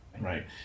right